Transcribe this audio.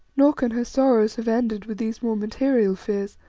nor can her sorrows have ended with these more material fears,